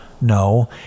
No